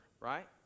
right